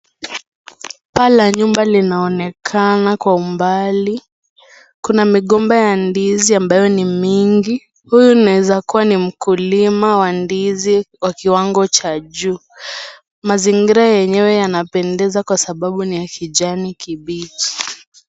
Paa la nyumba linaonekana kwa umbali, kuna migomba ya ndizi ambayo ni mingi, huyu anaezakuwa ni mkulima wa ndizi wa kiwango cha juu. Mazingira yenyewe yanapendeza kwa sababu ni ya kijani kibichi.